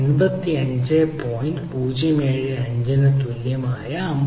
075 ന് തുല്യമായ 53